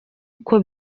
uko